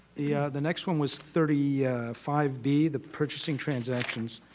the yeah the next one was thirty five b, the purchasing transactions,